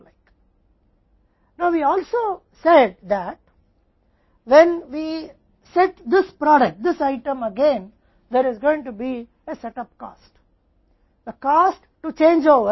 अब हमने यह भी कहा कि जब हम इस उत्पाद को निर्धारित करते हैं यह आइटम फिर से सेट अप लागत होने जा रहा है